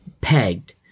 pegged